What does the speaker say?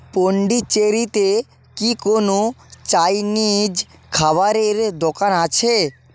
পণ্ডিচেরিতে কি কোনও চাইনিজ খাবারের দোকান আছে